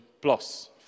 plus